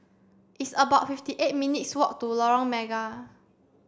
it's about fifty eight minutes' walk to Lorong Mega